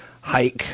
hike